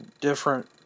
different